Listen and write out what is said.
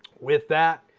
with that,